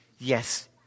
Yes